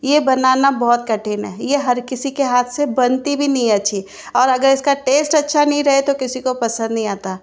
ये बनाना बहुत कठिन है ये हर किसी के हाथ से बनती भी नहीं है अच्छी और अगर इस का टेस्ट अच्छा नहीं रहे तो किसी को पसंद नहीं आता